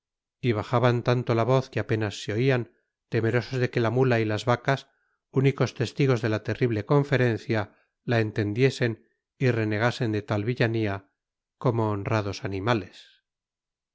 y bajaban tanto la voz que apenas se oían temerosos de que la mula y las vacas únicos testigos de la terrible conferencia la entendiesen y renegasen de tal villanía como honrados animales